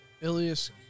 Ilias